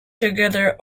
together